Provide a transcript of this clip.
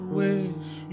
wish